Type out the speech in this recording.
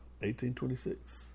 1826